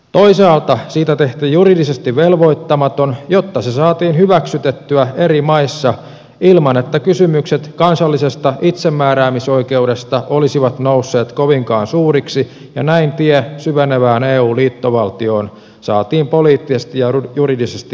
toisaalta siitä tehtiin juridisesti velvoittamaton jotta se saatiin hyväksytettyä eri maissa ilman että kysymykset kansallisesta itsemääräämisoikeudesta olisivat nousseet kovinkaan suuriksi ja näin tie syvenevään eu liittovaltioon saatiin poliittisesti ja juridisesti auki